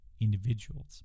individuals